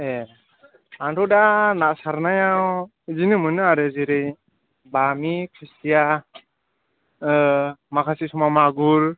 ए आंथ' दा नासारनायाव बिदिनो मोनो आरो जेरै बामि खुसिया माखासे समाव मागुर